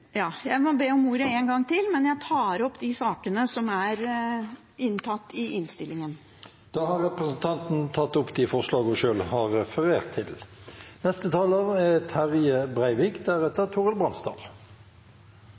Jeg må be om ordet en gang til, men jeg tar opp de forslagene som er inntatt i innstillingen. Da har representanten Karin Andersen tatt opp de forslagene hun